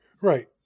Right